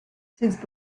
since